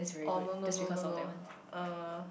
oh no no no no no uh